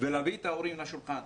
ולהביא את ההורים לשולחן.